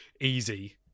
easy